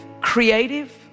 creative